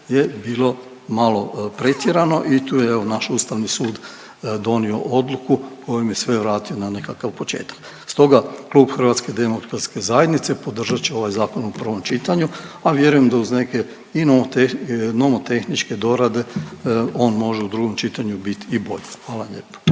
je bilo malo pretjerano i tu je evo naš Ustavni sud donio odluku kojom je sve vratio na nekakav početak. Stoga Klub Hrvatske demokratske zajednice podržat će ovaj zakon u prvom čitanju, a vjerujem da uz neke i nomotehničke dorade on može u drugom čitanju bit i bolji. Hvala lijepo.